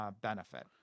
benefit